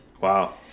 Wow